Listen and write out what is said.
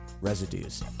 residues